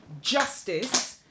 justice